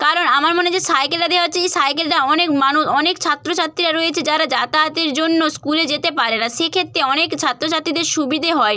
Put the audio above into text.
কারণ আমার মনে হয় যে সাইকেলটা দেওয়া হচ্ছে এই সাইকেলটা অনেক মানুষ অনেক ছাত্র ছাত্রীরা রয়েছে যারা যাতায়াতের জন্য স্কুলে যেতে পারে না সেক্ষেত্রে অনেক ছাত্র ছাত্রীদের সুবিধে হয়